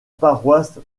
paroisse